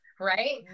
right